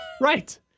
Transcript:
Right